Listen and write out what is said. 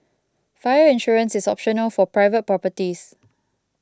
fire insurance is optional for private properties